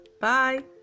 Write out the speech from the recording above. bye